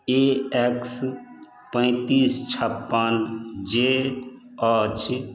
ए X पैंतीस छप्पन जे अछि